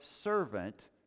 servant